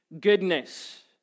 goodness